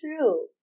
true